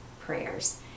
prayers